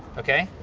okay?